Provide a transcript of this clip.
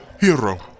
Hero